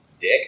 Dick